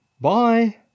Bye